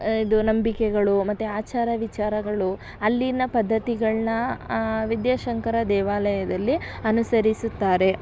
ಇದು ನಂಬಿಕೆಗಳು ಮತ್ತು ಆಚಾರ ವಿಚಾರಗಳು ಅಲ್ಲಿನ ಪದ್ದತಿಗಳನ್ನ ಆ ವಿದ್ಯಾಶಂಕರ ದೇವಾಲಯದಲ್ಲಿ ಅನುಸರಿಸುತ್ತಾರೆ